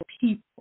people